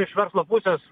iš verslo pusės